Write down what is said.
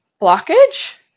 blockage